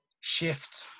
shift